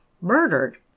Murdered